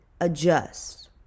adjust